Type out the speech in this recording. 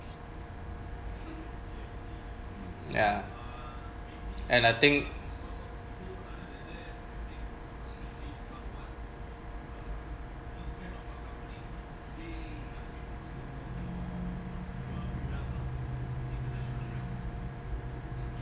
ya and I think